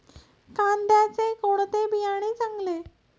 कांद्याचे कोणते बियाणे चांगले?